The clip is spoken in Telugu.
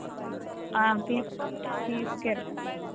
తీస్క్ తీస్కెళ్తా మేడం